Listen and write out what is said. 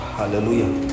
hallelujah